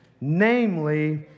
Namely